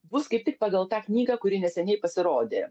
bus kaip tik pagal tą knygą kuri neseniai pasirodė